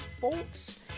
folks